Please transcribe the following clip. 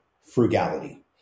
frugality